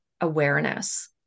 awareness